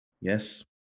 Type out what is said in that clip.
Yes